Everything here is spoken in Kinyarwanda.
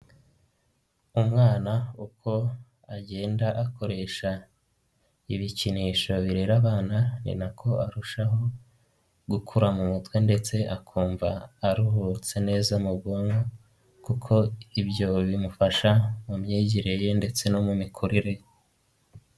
Umwana uko agenda akoresha ibikinisho birera abana ni na ko arushaho gukura mu mutwe ndetse akumva aruhutse neza mu bwonko kuko ibyo bimufasha mu myigire ye ndetse no mu mikurire ye.